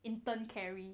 intern carry